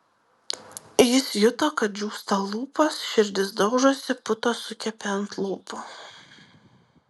jis juto kad džiūsta lūpos širdis daužosi putos sukepė ant lūpų